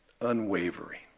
unwavering